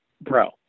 bro